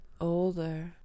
older